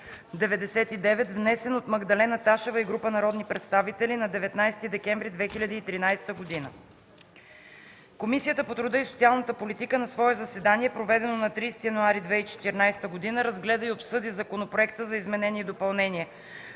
внесен от Магдалена Ташева и група народни представители на 19 декември 2013 г. Комисията по труда и социалната политика на свое заседание, проведено на 30 януари 2014 г., разгледа и обсъди Законопроекта за изменение и допълнение